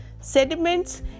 sediments